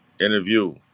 Interview